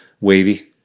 wavy